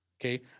okay